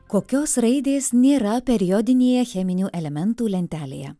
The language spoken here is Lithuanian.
kokios raidės nėra periodinėje cheminių elementų lentelėje